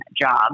job